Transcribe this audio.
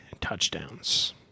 touchdowns